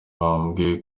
bambwiye